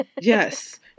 Yes